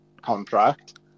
contract